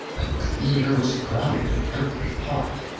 the theater was crowded in every part.